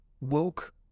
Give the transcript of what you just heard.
woke